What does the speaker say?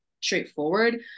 straightforward